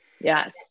Yes